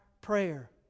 prayer